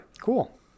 Cool